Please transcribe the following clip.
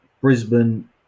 brisbane